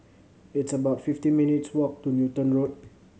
it's about fifty minutes' walk to Newton Road